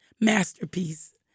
masterpiece